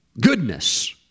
Goodness